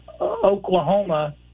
Oklahoma